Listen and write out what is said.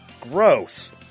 Gross